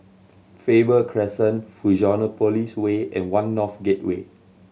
Faber Crescent Fusionopolis Way and One North Gateway